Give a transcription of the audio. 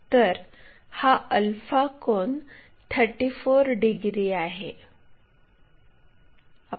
तर हा अल्फा कोन 34 डिग्री आहे